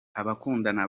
abakundana